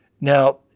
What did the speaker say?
Now